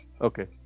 Okay